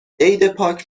عیدپاک